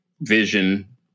vision